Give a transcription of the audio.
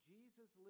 Jesus